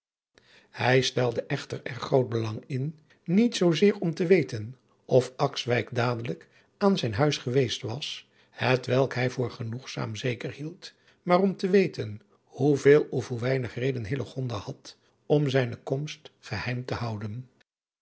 hij stelde echter er groot belang in niet zoo zeer om te weten of akswijk dadelijk aan zijn huis geweest was hetwelk hij voor genoegzaam zeker hield maar om te weten hoe veel of hoe weinig reden hillegonda had om zijne komst geheim te houden